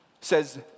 says